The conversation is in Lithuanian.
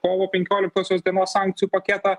kovo penkioliktosios dienos sankcijų paketą